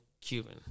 Cuban